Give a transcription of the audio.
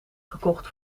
gekocht